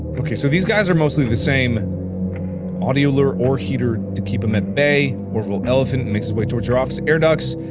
okay, so these guys are mostly the same audio lure or heater to keep them at bay. orville elephant makes its way towards your office air ducts.